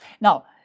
Now